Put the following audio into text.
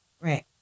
Right